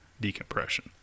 decompression